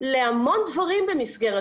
להמון דברים במסגרת